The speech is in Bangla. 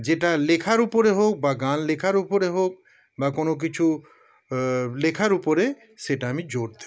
যেটা লেখার উপরে হোক বা গান লেখার উপরে হোক বা কোনো কিছু লেখার উপরে সেটা আমি জোর দেবো